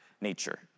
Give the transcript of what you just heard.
nature